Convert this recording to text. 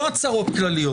לא הצהרות כלליות,